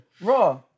raw